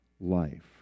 life